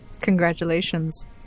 Congratulations